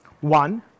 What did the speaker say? One